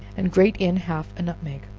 and grate in half a nutmeg.